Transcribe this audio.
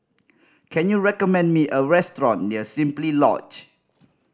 can you recommend me a restaurant near Simply Lodge